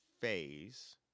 phase